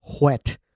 wet